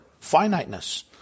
finiteness